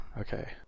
Okay